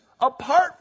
apart